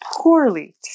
poorly